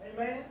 Amen